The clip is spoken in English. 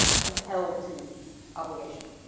compelled to obligation?